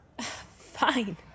fine